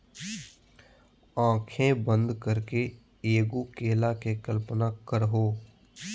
आँखें बंद करके एगो केला के कल्पना करहो